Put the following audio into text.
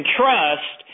trust